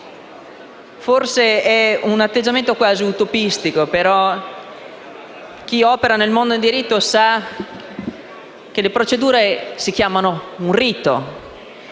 Forse è un atteggiamento quasi utopistico, ma chi opera nel mondo del diritto sa che le procedure si chiamano riti,